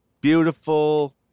beautiful